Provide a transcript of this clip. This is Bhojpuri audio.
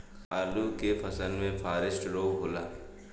आलू के फसल मे फारेस्ट रोग होला?